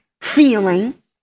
feeling